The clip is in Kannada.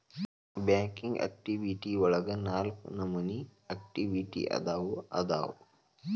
ಬ್ಯಾಂಕಿಂಗ್ ಆಕ್ಟಿವಿಟಿ ಒಳಗ ನಾಲ್ಕ ನಮೋನಿ ಆಕ್ಟಿವಿಟಿ ಅದಾವು ಅದಾವು